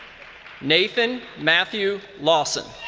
nathan matthew lawson.